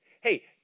Hey